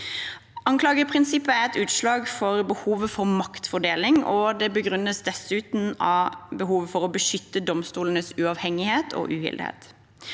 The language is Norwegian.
Anklageprinsippet er et utslag av behovet for maktfordeling, og det begrunnes dessuten av behovet for å beskytte domstolenes uavhengighet og uhildethet.